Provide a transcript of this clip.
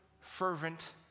fervent